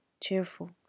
cheerful